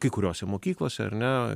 kai kuriose mokyklose ar ne